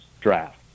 draft